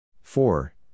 four